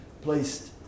placed